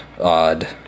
odd